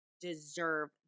deserve